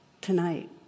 tonight